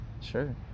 Sure